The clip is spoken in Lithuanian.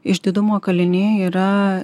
išdidumo kalinė yra